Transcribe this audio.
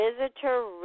Visitor